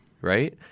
right